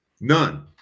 None